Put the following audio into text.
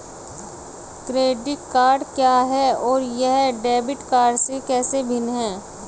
Credit card क्या है और यह डेबिट कार्ड से कैसे भिन्न है?